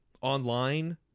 online